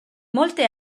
molte